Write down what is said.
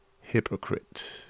Hypocrite